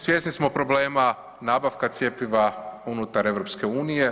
Svjesni smo problema nabavka cjepiva unutar EU.